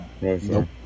No